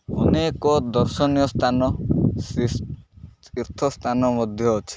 ଅନେକ ଦର୍ଶନୀୟ ସ୍ଥାନ ତୀର୍ଥସ୍ଥାନ ମଧ୍ୟ ଅଛି